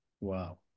Wow